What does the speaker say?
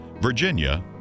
Virginia